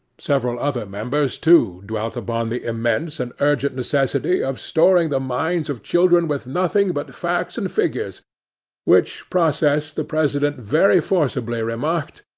several other members, too, dwelt upon the immense and urgent necessity of storing the minds of children with nothing but facts and figures which process the president very forcibly remarked,